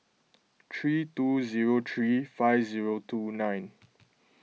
three two zero three five zero two nine